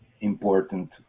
important